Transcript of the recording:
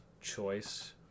choice